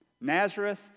Nazareth